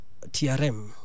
TRM